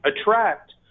attract